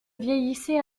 vieillissait